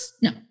No